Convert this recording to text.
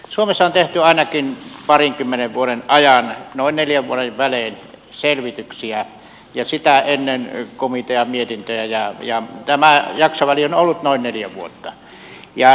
suomessa on tehty ainakin parinkymmenen vuoden ajan noin neljän vuoden välein selvityksiä ja sitä ennen komiteamietintöjä ja tämä jaksoväli on ollut noin neljä vuotta